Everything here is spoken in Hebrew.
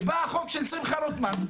בא החוק של שמחה רוטמן,